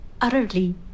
Utterly